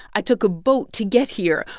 i took a boat to get here.